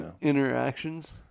Interactions